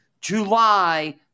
July